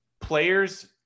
players